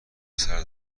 پسر